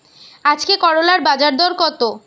আজকে করলার বাজারদর কত?